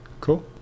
Cool